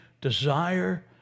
desire